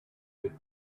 could